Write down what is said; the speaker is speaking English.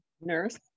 Nurse